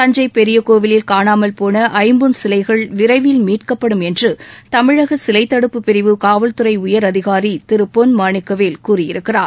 தஞ்சை பெரிய கோவிலில் காணாமல் போன ஐம்பொன் சிலைகள் விரைவில் மீட்கப்படும் என்று தமிழக சிலை தடுப்பு பிரிவு காவல்துறை உயர் அதிகாரி திரு பொன் மாணிக்கவேல் கூறியிருக்கிறார்